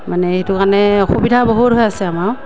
মানে এইটো কাৰণে অসুবিধা বহুত হৈ আছে আমাৰ